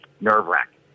nerve-wracking